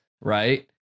right